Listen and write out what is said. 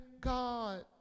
God